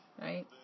right